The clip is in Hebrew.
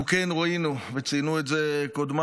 אנחנו כן ראינו, וציינו את זה קודמיי,